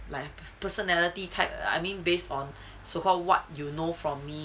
life personality type I mean based on so called what you know from me